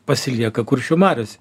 pasilieka kuršių mariose